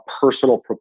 personal